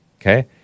Okay